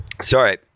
Sorry